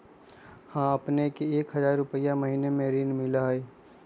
हां अपने के एक हजार रु महीने में ऋण मिलहई?